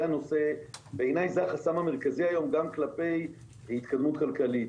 ובעיני זה החסם המרכזי היום גם כלפי התקדמות כלכלית.